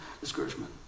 discouragement